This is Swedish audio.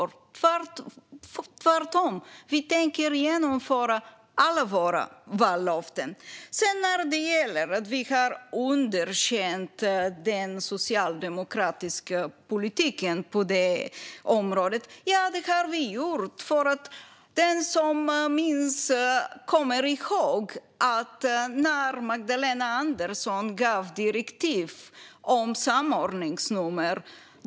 Tvärtom! Vi tänker genomföra alla våra vallöften. Sedan var det en fråga om att vi har underkänt den socialdemokratiska politiken på området. Ja, det har vi gjort. Den som minns kommer ihåg när Magdalena Andersson gav direktiv om samordningsnummer.